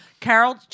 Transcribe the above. Carol